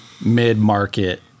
mid-market